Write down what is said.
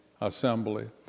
assembly